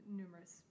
numerous